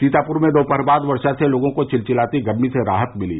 सीतापुर में रोपहर बाद वर्षा से लोगों को चिलचिलाती गर्मी से राहत मिली